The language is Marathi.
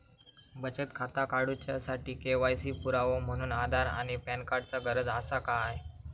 बचत खाता काडुच्या साठी के.वाय.सी पुरावो म्हणून आधार आणि पॅन कार्ड चा गरज आसा काय?